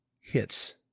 hits